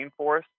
rainforest